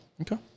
Okay